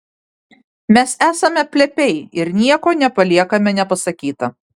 mes esame plepiai ir nieko nepaliekame nepasakyta